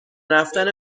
رفتن